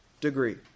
degree